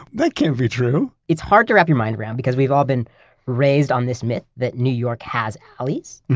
that can't be true! it's hard to wrap your mind around, because we've all been raised on this myth that new york has alleys.